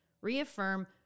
reaffirm